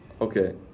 Okay